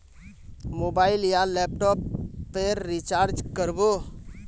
Mobile या laptop पेर recharge कर बो?